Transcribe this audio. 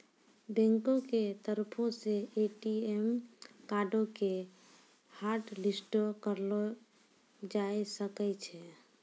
बैंको के तरफो से ए.टी.एम कार्डो के हाटलिस्टो करलो जाय सकै छै